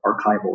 archival